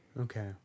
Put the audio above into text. Okay